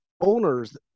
Owners